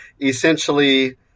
Essentially